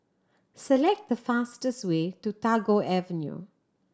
select the fastest way to Tagore Avenue